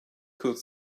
could